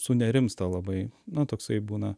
sunerimsta labai na toksai būna